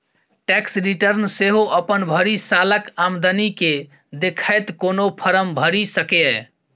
tax return सेहो अपन भरि सालक आमदनी केँ देखैत कोनो फर्म भरि सकैए